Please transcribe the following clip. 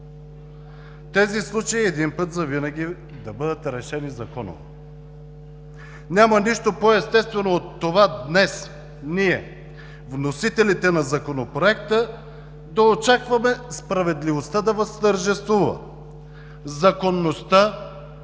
тези случаи един път завинаги да бъдат решени законово. Няма нищо по-естествено от това днес ние, вносителите на Законопроекта, да очакваме справедливостта да възтържествува, законността,